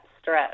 stress